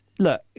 Look